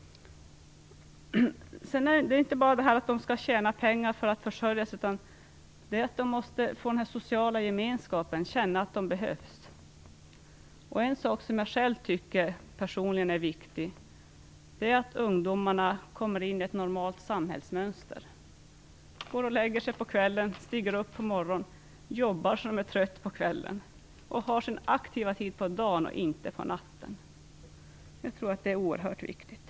Men det handlar inte bara om att tjäna pengar för att försörja sig. Ungdomarna måste också få en social gemenskap. De måste få känna att de behövs. Personligen tycker jag att det är viktigt att ungdomarna kommer in i ett normalt samhällsmönster - att de går och lägger sig på kvällen, stiger upp på morgonen, jobbar så att de är trötta på kvällen och har sin aktiva tid på dagen, inte på natten. Jag tror att detta är oerhört viktigt.